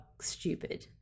stupid